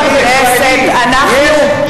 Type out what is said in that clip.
אנחנו מחכים.